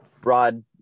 broad